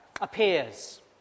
appears